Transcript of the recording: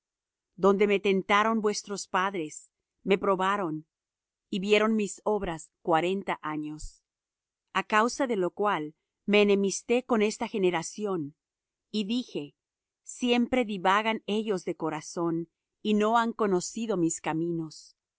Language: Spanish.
donde me tentaron vuestros padres me probaron y vieron mis obras cuarenta años a causa de lo cual me enemisté con esta generación y dije siempre divagan ellos de corazón y no han conocido mis caminos